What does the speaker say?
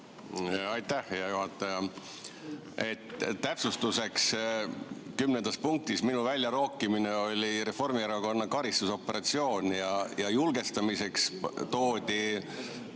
Aitäh, hea juhataja! Täpsustuseks, 10. punktis minu väljarookimine oli Reformierakonna karistusoperatsioon ja julgestamiseks toodi